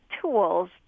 tools